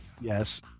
Yes